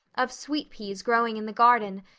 of sweet peas growing in the garden,